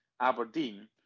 Aberdeen